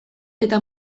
eta